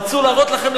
רצו להראות לכם,